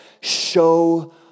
show